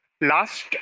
last